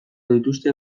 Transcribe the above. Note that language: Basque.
dituzte